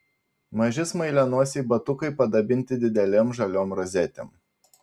maži smailianosiai batukai padabinti didelėm žaliom rozetėm